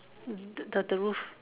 the the roof